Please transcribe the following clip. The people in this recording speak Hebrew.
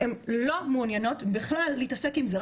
הן לא מעוניינות בכלל להתעסק עם זה.